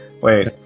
wait